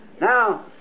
Now